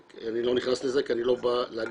אני לא נכנס לזה כי אני לא בא להגיד